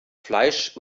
fleisch